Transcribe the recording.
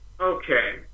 okay